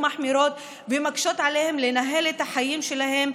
מחמירות ומקשות עליהם לנהל את החיים שלהם,